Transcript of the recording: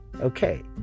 Okay